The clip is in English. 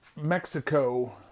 Mexico